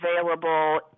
available